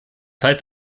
heißt